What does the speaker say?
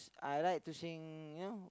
I like to sing you know